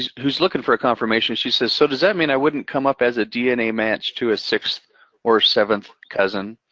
who's looking for a confirmation. she says, so, does that mean i wouldn't come up as a dna match to sixth or a seventh cousin?